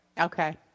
Okay